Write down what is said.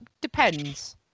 Depends